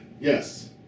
Yes